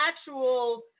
actual